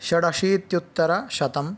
षडशीत्युत्तरशतम्